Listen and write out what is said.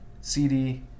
CD